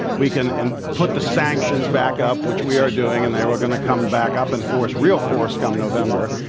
we can and put the sanctions back up, which we are doing, and they are going to come back up in force real force come november.